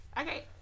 Okay